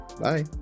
Bye